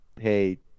hey